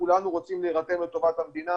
כולנו רוצים להירתם לטובת המדינה